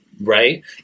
Right